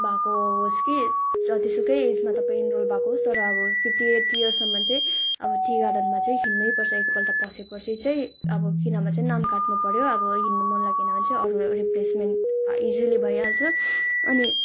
भएको होस् कि जतिसुकै एजमा तपाईँ इनरोल भएको होस् तर अब फिफ्टी एट इयर्ससम्म चाहिँ अब टी गार्डनमा चाहिँ हिँड्नै पर्छ एकपल्ट पसेपछि चाहिँ अब कि नभए चाहिँ नाम काट्नु पऱ्यो अब हिँड्नु मन लागेन भने चाहिँ अरू रिप्लेसमेन्ट इजिली भइहाल्छ अनि